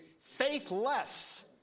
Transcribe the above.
Faithless